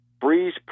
Breeze